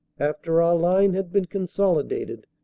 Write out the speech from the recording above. after our line had been consolidated,